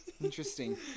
Interesting